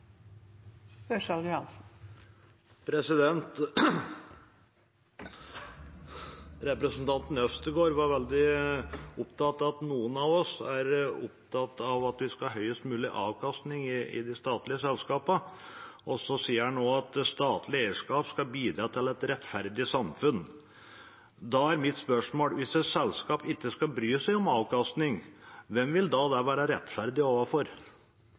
opptatt av at vi skal ha høyest mulig avkastning i de statlige selskapene. Han sier også at statlig eierskap skal bidra til et rettferdig samfunn. Da er mitt spørsmål: Hvis et selskap ikke skal bry seg om avkastning, hvem vil det være rettferdig overfor?